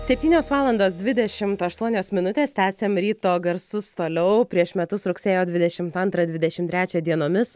septynios valandos dvidešimt aštuonios minutės tęsiam ryto garsus toliau prieš metus rugsėjo dvidešimt antrą dvidešimt trečią dienomis